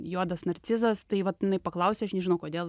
juodas narcizas tai vat jinai paklausė aš nežinau kodėl